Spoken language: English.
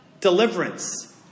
deliverance